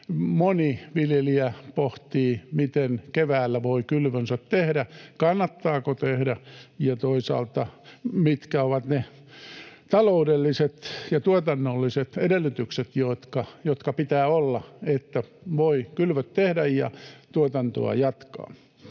moni viljelijä pohtii, miten keväällä voi kylvönsä tehdä, kannattaako tehdä ja mitkä toisaalta ovat ne taloudelliset ja tuotannolliset edellytykset, jotka pitää olla, että voi kylvöt tehdä ja tuotantoa jatkaa.